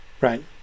right